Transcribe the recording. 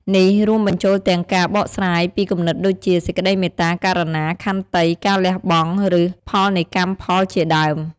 នេះរួមបញ្ចូលទាំងការបកស្រាយពីគំនិតដូចជា សេចក្តីមេត្តា ករុណា ខន្តី ការលះបង់ ឬផលនៃកម្មផលជាដើម។